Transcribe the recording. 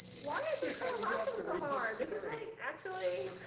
why is this guy laughing so hard? this is like actually.